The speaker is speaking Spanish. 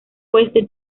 oeste